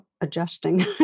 adjusting